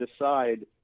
decide